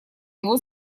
его